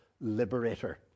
liberator